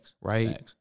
Right